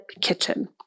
kitchen